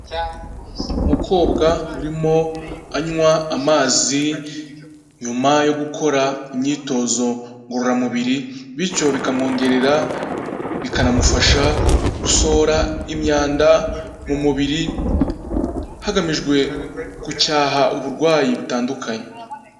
Umukobwa urimo anywa amazi nyuma yo gukora imyitozo ngororamubiri, bityo bikamwongerera bikanamufasha gusohora imyanda mu mubiri, hagamijwe gucyaha uburwayi butandukanye.